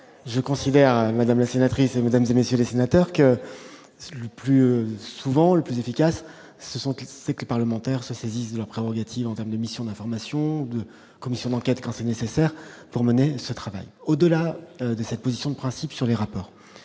je considère Madame la sénatrice, mesdames et messieurs les sénateurs, que le plus souvent les plus efficaces, ce sont, c'est que les parlementaires se saisissent de leurs prérogatives en terme de mission d'information de commission d'enquête quand c'est nécessaire pour mener ce travail au-delà de cette position de principe sur les rapports